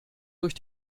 durch